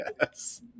yes